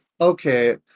okay